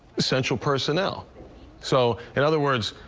essential personnel so in other words,